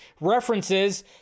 references